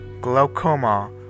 glaucoma